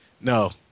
no